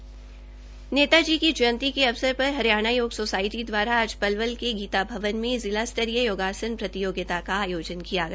नेता जी सुभाष चन्द्र बोस की जयंती के अवसर पर हरियाणा योग सोसायटी द्वारा आज पलवल के गीता भवन में जिला स्तरीय योगासन प्रतियोगिता का आयोजन किया गया